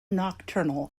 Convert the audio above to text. nocturnal